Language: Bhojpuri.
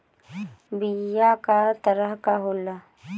बीया कव तरह क होला?